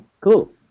Cool